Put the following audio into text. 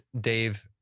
Dave